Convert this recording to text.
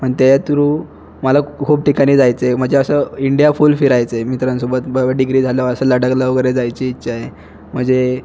आणि त्याच्या थ्रू मला खूप ठिकाणी जायचं आहे म्हणजे असं इंडिया फुल फिरायचं आहे मित्रांसोबत बवं डिग्री झालो असं लडाखला वगैरे जायची इच्छा आहे म्हणजे